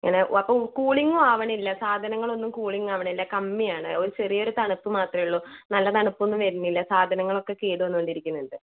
ഇങ്ങനെ അപ്പം കൂളിംഗും ആവണില്ല സാധനങ്ങൾ ഒന്നും കൂളിംഗ് ആവണില്ല കമ്മി ആണ് ഒരു ചെറിയൊരു തണുപ്പ് മാത്രമേ ഉള്ളൂ നല്ല തണുപ്പ് ഒന്നും വരുന്നില്ല സാധനങ്ങൾ ഒക്കെ കേട് വന്നോണ്ട് ഇരിക്കുന്നുണ്ട്